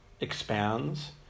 expands